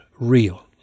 real